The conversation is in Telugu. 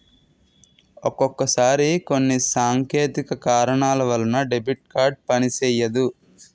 ఒక్కొక్కసారి కొన్ని సాంకేతిక కారణాల వలన డెబిట్ కార్డు పనిసెయ్యదు